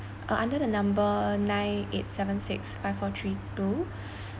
uh under the number nine eight seven six five four three two